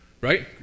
right